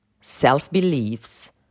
self-beliefs